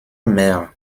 mère